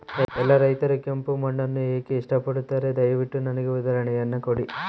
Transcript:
ಎಲ್ಲಾ ರೈತರು ಕೆಂಪು ಮಣ್ಣನ್ನು ಏಕೆ ಇಷ್ಟಪಡುತ್ತಾರೆ ದಯವಿಟ್ಟು ನನಗೆ ಉದಾಹರಣೆಯನ್ನ ಕೊಡಿ?